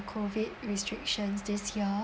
COVID restrictions this year